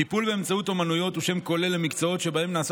טיפול באמצעות אומנויות הוא שם כולל למקצועות שבהם נעשה